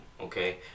okay